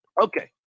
Okay